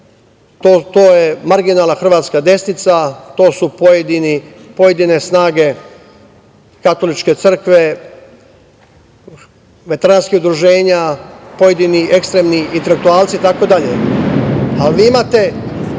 to je marginalna hrvatska desnica, to su pojedine snage katoličke crkve, veteranskih udruženja, pojedini ekstremni intelektualci itd.